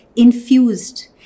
infused